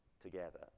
together